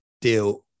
deal